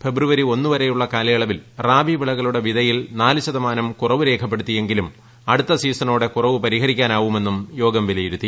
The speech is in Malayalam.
ഫെബ്രുവരി ഒന്ന് വരെയുള്ള കാലയളവിൽ റാബി വിളകളുടെ വിതയിൽ നാല് ശതമാനം കുറ്റ്വ് രേഖപ്പെടുത്തിയെങ്കിലും അടുത്ത സീസണോടെ കുറവ് പരിഹരിക്കാനാവുമെന്നും യോഗം വിലയിരുത്തി